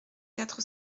quatre